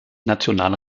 nationalen